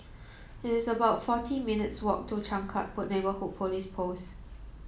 it is about forty minutes' walk to Changkat Neighbourhood Police Post